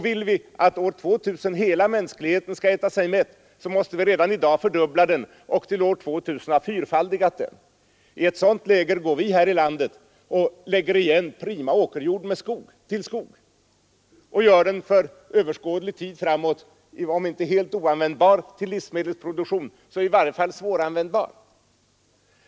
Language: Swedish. Vill vi att år 2000 hela mänskligheten skall kunna äta sig mätt, måste vi redan i dag fördubbla livsmedelsproduktionen och till år 2000 ha fyrfaldigat den. I ett sådant läge går vi här i landet och lägger igen prima åkerjord till skog och gör jorden för överskådlig tid framåt om inte helt oanvändbar till livsmedelsproduktion så i varje fall svåranvändbar.